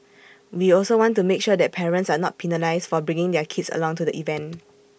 we also want to make sure that parents are not penalised for bringing their kids along to the event